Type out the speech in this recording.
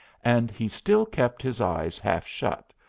and he still kept his eyes half shut,